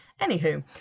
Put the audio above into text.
Anywho